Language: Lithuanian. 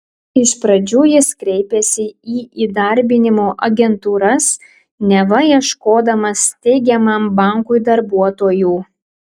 iš pradžių jis kreipėsi į įdarbinimo agentūras neva ieškodamas steigiamam bankui darbuotojų